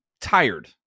tired